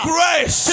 Grace